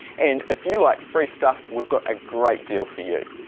and if you like free stuff, we've got a great deal for you.